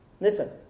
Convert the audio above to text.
listen